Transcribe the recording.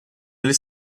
eles